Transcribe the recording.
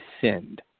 sinned